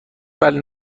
بدی